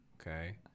okay